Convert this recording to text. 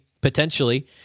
potentially